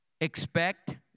expect